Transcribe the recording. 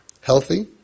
healthy